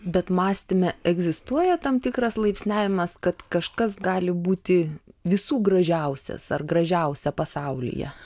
bet mąstyme egzistuoja tam tikras laipsniavimas kad kažkas gali būti visų gražiausias ar gražiausia pasaulyje